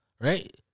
Right